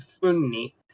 funny